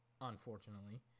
unfortunately